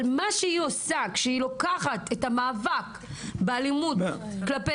אבל מה שהיא עושה כשהיא לוקחת את המאבק באלימות כלפי